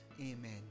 Amen